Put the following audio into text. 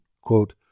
Quote